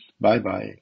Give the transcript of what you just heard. bye-bye